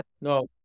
No